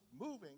moving